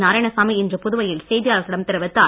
நாராயணசாமி இன்று புதுவையில் செய்தியாளர்களிடம் தெரிவித்தார்